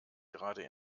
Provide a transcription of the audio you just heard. gerade